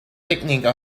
technique